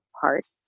parts